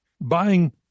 buying